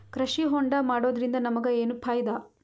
ಕೃಷಿ ಹೋಂಡಾ ಮಾಡೋದ್ರಿಂದ ನಮಗ ಏನ್ ಫಾಯಿದಾ?